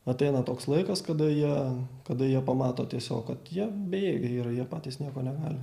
ateina toks laikas kada jie kada jie pamato tiesiog kad jie bejėgiai yra jie patys nieko negali